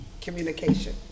communication